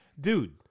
dude